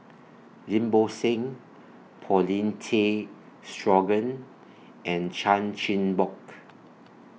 Lim Bo Seng Paulin Tay Straughan and Chan Chin Bock